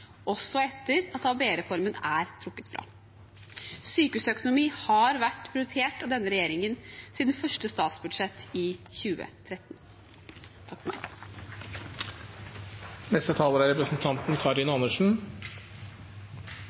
også etter at ABE-reformen er trukket fra. Sykehusøkonomi har vært prioritert av denne regjeringen siden første statsbudsjett i 2013. Er det noe vi vet om helse og økonomisk og sosial situasjon, så er